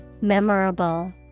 Memorable